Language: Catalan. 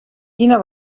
quina